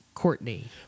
Courtney